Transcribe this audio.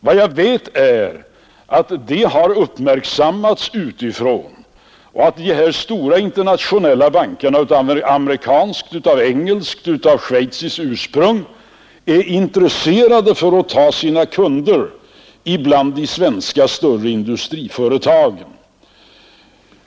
Jag vet att de svenska storföretagen är uppmärksammade utomlands och att de stora internationella bankerna av amerikanskt, engelskt och schweiziskt ursprung är intresserade av att få kunder bland de större svenska industriföretagen.